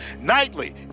Nightly